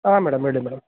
ಹಾಂ ಮೇಡಮ್ ಹೇಳಿ ಮೇಡಮ್